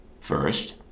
First